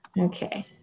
Okay